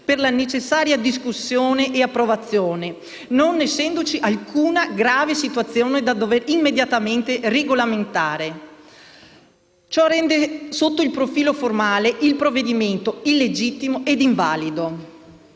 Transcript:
per la necessaria discussione e approvazione, non essendovi alcuna grave situazione da dover immediatamente regolamentare. Ciò rende il provvedimento illegittimo e invalido